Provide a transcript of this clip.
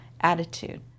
attitude